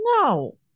No